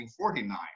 1949